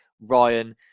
Ryan